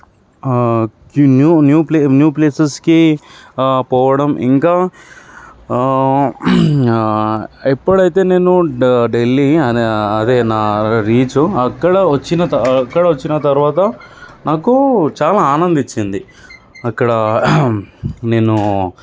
new new play new ప్లేసెస్కి పోవడం ఇంకా ఎప్పుడైతే నేను డ ఢిల్లీ అదే నా రీచ్ అక్కడ వచ్చిన త అక్కడ వచ్చిన తర్వాత నాకు చాలా ఆనందాన్ని ఇచ్చింది అక్కడ నేను